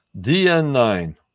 DN9